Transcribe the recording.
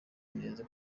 neza